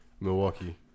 Milwaukee